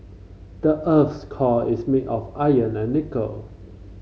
the earth's core is made of iron and nickel